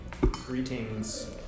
Greetings